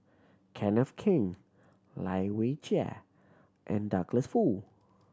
Kenneth Keng Lai Weijie and Douglas Foo